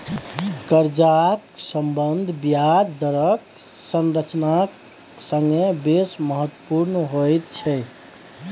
कर्जाक सम्बन्ध ब्याज दरक संरचनाक संगे बेस महत्वपुर्ण होइत छै